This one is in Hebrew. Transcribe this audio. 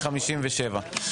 עודד פורר (יו"ר ועדת העלייה,